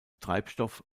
treibstoff